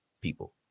people